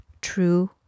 true